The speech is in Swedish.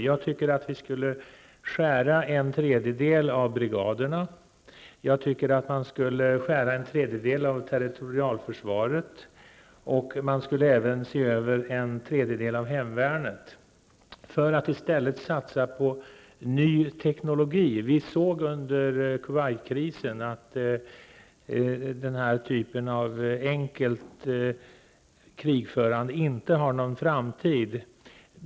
Jag tycker att vi skulle skära ned en tredjedel av brigaderna, en tredjedel av territorialförsvaret och man skulle även se över en tredjedel av hemvärnet. I stället skulle man satsa på ny teknologi. Under Kuwaitkrisen såg vi att den här typen av enkelt krigförande inte har någon framtid.